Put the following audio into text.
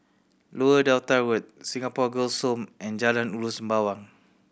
Lower Delta Road Singapore Girls' Home and Jalan Ulu Sembawang